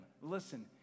Listen